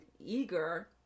eager